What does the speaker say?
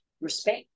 respect